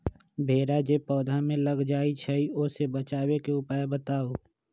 भेरा जे पौधा में लग जाइछई ओ से बचाबे के उपाय बताऊँ?